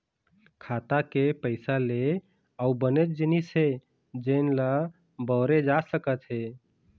खाता के पइसा ले अउ बनेच जिनिस हे जेन ल बउरे जा सकत हे